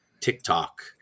TikTok